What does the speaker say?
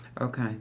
okay